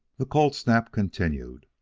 the cold snap continued.